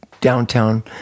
downtown